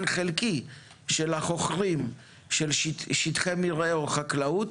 חלקי של החוכרים של שטחי מרעה או חקלאות,